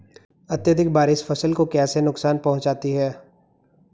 अत्यधिक बारिश फसल को कैसे नुकसान पहुंचाती है?